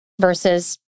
Versus